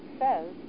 says